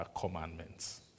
commandments